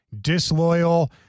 disloyal